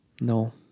No